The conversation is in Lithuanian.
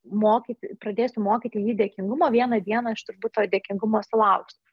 mokyt pradėsiu mokyti jį dėkingumo vieną dieną aš turbūt to dėkingumo sulauksiu